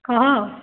କହ